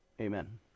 amen